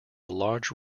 large